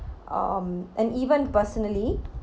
um and even personally